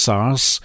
Sars